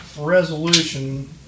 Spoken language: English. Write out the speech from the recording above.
Resolution